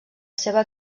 seva